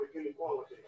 inequality